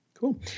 Cool